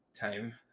Time